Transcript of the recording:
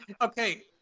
Okay